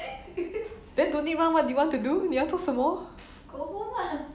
then no need run what do you want to do 你要做什么